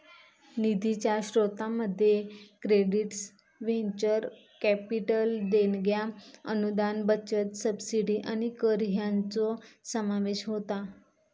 निधीच्या स्रोतांमध्ये credits, venture capital देणग्या, अनुदान, बचत, सबसिडी आणि कर हयांचो समावेश होता